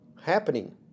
happening